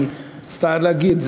אני מצטער להגיד.